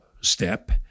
step